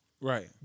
Right